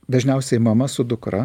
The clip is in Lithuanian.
dažniausiai mama su dukra